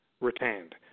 retained